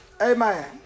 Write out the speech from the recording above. Amen